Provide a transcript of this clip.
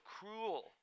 cruel